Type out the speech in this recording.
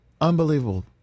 Unbelievable